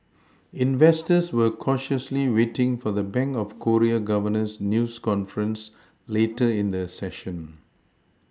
investors were cautiously waiting for the bank of Korea governor's news conference later in the session